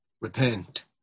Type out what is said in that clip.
repent